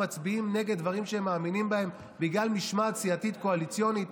מצביעים נגד דברים שהם מאמינים בהם בגלל משמעת סיעתית קואליציונית.